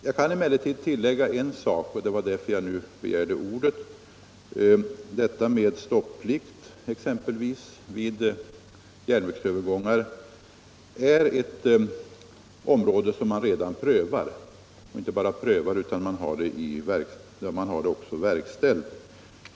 Jag kan emellertid tillägga en sak, och det var därför jag nu begärde ordet. Detta med stopplikt vid järnvägsövergångar är en sak som man redan prövar och även har genomfört.